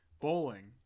bowling